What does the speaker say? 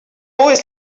always